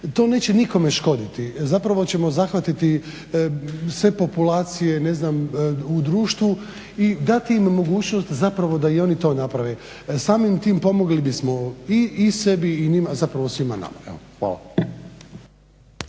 To neće nikome škoditi. Zapravo ćemo zahvatiti sve populacije ne znam u društvu i dati im mogućnost zapravo da i oni to naprave. Samim time pomogli bismo i sebi i njima, zapravo svima nama. Hvala.